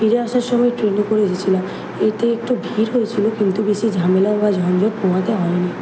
ফিরে আসার সময় ট্রেনে করে এসেছিলাম এতে একটু ভিড় হয়েছিলো কিন্তু বেশি ঝামেলা বা ঝঞ্ঝাট পোহাতে হয় নি